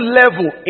level